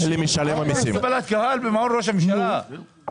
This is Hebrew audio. תכבד אותנו, בסדר?